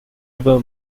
ever